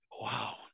wow